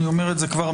אני אומר את זה מראש.